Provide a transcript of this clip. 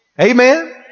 Amen